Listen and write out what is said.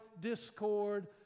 discord